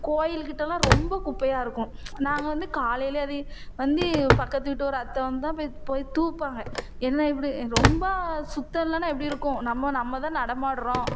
கோயிலுக்கிட்டேலாம் ரொம்ப குப்பையாக இருக்கும் நாங்கள் வந்து காலையிலே அதி வந்து பக்கத்து வீட்டு ஒரு அத்தை வந்து தான் போய் போய் தூற்பாங்க என்ன இப்படி ரொம்ப சுத்தம் இல்லைன்னா எப்படி இருக்கும் நம்ம நம்ம தான் நடமாடுறோம்